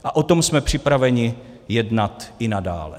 A tom jsme připraveni jednat i nadále.